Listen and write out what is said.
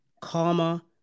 Karma